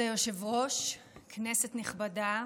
כבוד היושב-ראש, כנסת נכבדה,